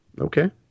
Okay